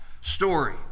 story